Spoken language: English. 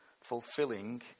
fulfilling